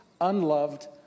unloved